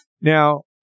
Now